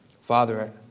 Father